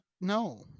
no